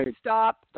stop